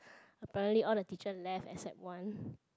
apparently all the teacher left except one